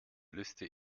liste